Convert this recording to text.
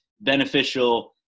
beneficial